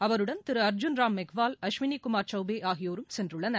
அவருடன் திரு அர்ஜுன் ராம் மெக்வால் அஸ்வினிகுமார் சௌபேஆகியோரும் சென்றுள்ளனர்